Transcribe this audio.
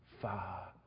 far